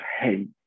hate